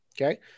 Okay